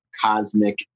cosmic